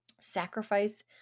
Sacrifice